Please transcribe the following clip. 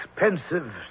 expensive